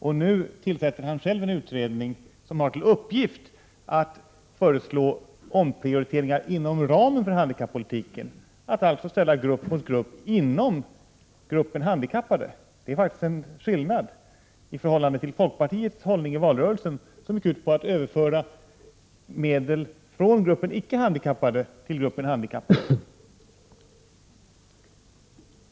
Nu tillsätter Bengt Lindqvist själv en utredning som har till uppgift att föreslå omprioriteringar inom ramen för handikappolitiken, dvs. att ställa grupp mot grupp inom gruppen handikappade. Det är faktiskt skillnad i förhållande till folkpartiets hållning i valrörelsen som gick ut på att överföra medel från gruppen icke handikappade till gruppen handikappade.